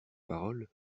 paroles